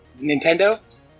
Nintendo